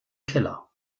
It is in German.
keller